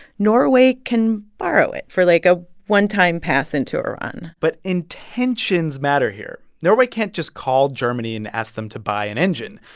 norway can borrow it for, like, a one-time pass into iran but intentions matter here. norway can't just call germany and ask them to buy an engine.